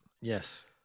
yes